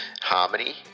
harmony